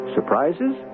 Surprises